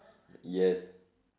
yes